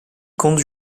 compte